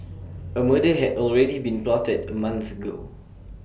A murder had already been plotted A month ago